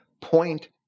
point